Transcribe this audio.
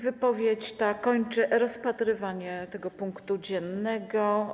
Wypowiedź ta kończy rozpatrywanie tego punktu porządku dziennego.